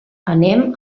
anem